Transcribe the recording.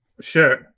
sure